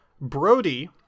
Brody